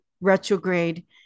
retrograde